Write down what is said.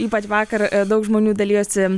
ypač vakar daug žmonių dalijosi